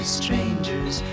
strangers